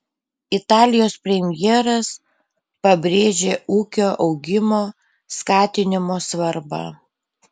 italijos premjeras pabrėžė ūkio augimo skatinimo svarbą